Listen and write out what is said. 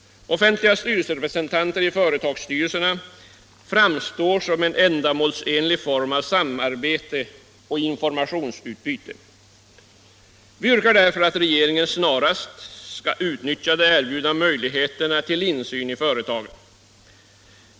Offentliga styrelserepresentanter i företagsstyrelserna framstår som en ändamålsenlig form av samarbete och informationsutbyte. Vi yrkar därför att regeringen snarast skall utnyttja de erbjudna möjligheterna till insyn i företagen.